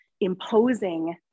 imposing